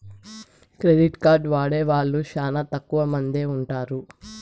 credit card వాడే వాళ్ళు శ్యానా తక్కువ మందే ఉంటారు